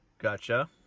Gotcha